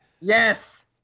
Yes